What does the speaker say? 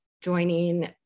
joining